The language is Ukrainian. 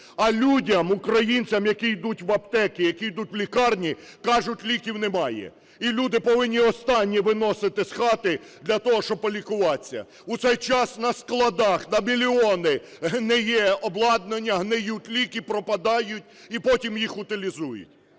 А людям, українцям, які йдуть в аптеки, які йдуть в лікарні, кажуть: ліків немає. І люди повинні останнє виносити з хати для того, щоб полікуватись. У цей час на складах на мільйони гниє обладнання, гниють ліки, пропадають і потім їх утилізують.